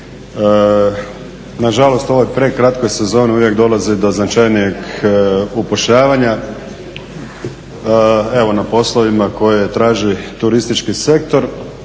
nažalost u ovoj prekratkoj sezoni uvijek dolazi do značajnijeg upošljavanja, evo, na poslovima koje traži turistički sektor,